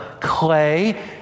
clay